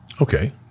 Okay